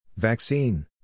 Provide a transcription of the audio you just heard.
Vaccine